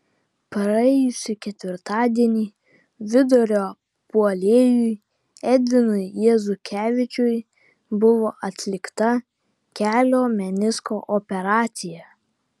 praėjusį ketvirtadienį vidurio puolėjui edvinui jezukevičiui buvo atlikta kelio menisko operacija